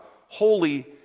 holy